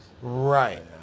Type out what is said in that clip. Right